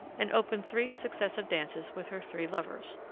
and opened three successive dances with her three lovers.